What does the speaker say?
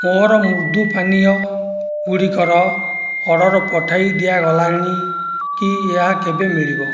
ମୋର ମୃଦୁ ପାନୀୟ ଗୁଡ଼ିକର ଅର୍ଡ଼ର ପଠାଇ ଦିଆଗଲାଣି କି ଏହା କେବେ ମିଳିବ